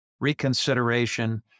Reconsideration